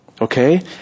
okay